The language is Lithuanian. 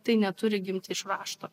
tai neturi gimti iš rašto